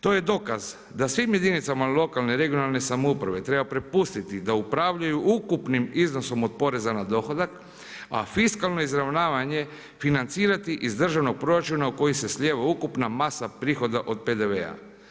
To je dokaz da svim jedinicama lokalne i regionalne samouprave treba prepustiti da upravljaju ukupnim iznosom od poreza na dohodak, a fiskalno izravnavanje financirati iz državnog proračuna u koji se slijeva ukupna masa prihoda od PDV-a.